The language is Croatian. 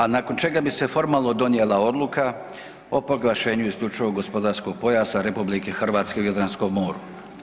A nakon čega bi se formalno donijela odluka o proglašenju isključivog gospodarskog pojasa RH u Jadranskom moru.